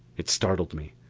it startled me.